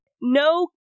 No